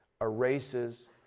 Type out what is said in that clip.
erases